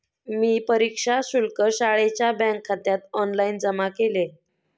मी परीक्षा शुल्क शाळेच्या बँकखात्यात ऑनलाइन जमा केले